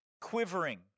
quivering